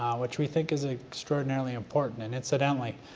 which we think is ah extraordinarily important. and incidentally,